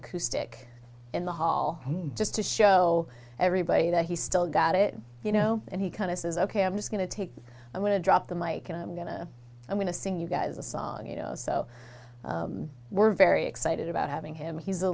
acoustic in the hall just to show everybody that he's still got it you know and he kind of says ok i'm just going to take i'm going to drop the mike and i'm going to i'm going to sing you guys a song you know so we're very excited about having him he's a